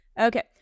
Okay